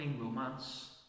romance